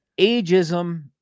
ageism